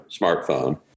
smartphone